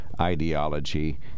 ideology